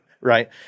Right